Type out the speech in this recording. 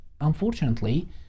unfortunately